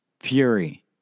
Fury